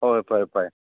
ꯍꯣꯏ ꯐꯔꯦ ꯐꯔꯦ